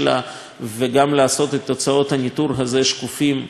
וגם לעשות את תוצאות הניטור הזה שקופות לציבור.